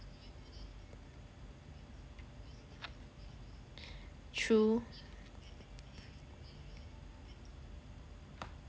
true